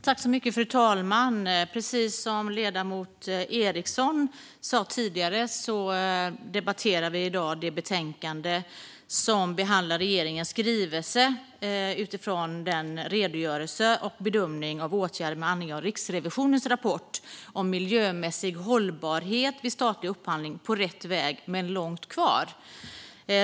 Fru talman! Precis som ledamoten Ericson sa debatterar vi i dag det betänkande i vilket finansutskottet behandlar regeringens skrivelse om sina bedömningar och åtgärder med anledning av Riksrevisionens rapport Miljömässig hållbarhet vid statlig upphandling - på rätt väg men långt kvar .